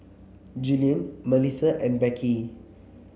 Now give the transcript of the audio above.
Julien Melissa and Beckie